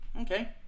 Okay